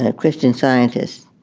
ah christian scientist,